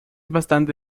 bastante